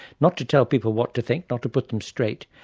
not to tell people what to think, not to put them straight,